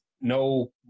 no